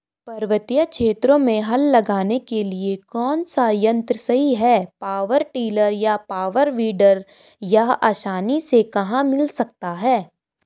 पर्वतीय क्षेत्रों में हल लगाने के लिए कौन सा यन्त्र सही है पावर टिलर या पावर वीडर यह आसानी से कहाँ मिल सकता है?